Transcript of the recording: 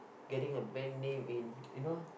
getting a brand name in you know